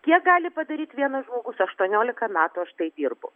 kiek gali padaryt vienas žmogus aštuoniolika metų aš tai dirbu